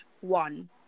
one